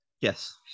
Yes